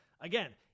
again